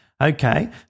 Okay